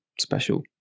special